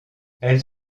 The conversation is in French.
elles